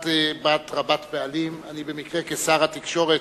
את באת רבת-פעלים, במקרה, כשר התקשורת,